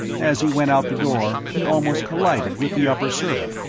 as he went out the door, he almost collided with the upper-servant,